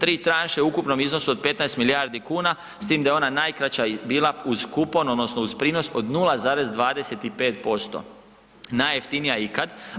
Tri tranše u ukupnom iznosu od 15 milijardi kuna, s tim da je ona najkraća bila uz kupon odnosno uz pronos od 0,25%, najjeftinija ikad.